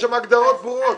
יש שם הגדרות ברורות.